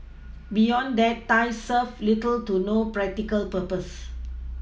beyond that ties serve little to no practical purpose